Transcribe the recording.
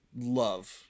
love